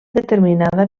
determinada